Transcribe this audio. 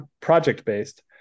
project-based